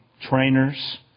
trainers